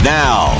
now